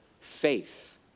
faith